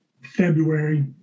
February